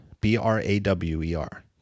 B-R-A-W-E-R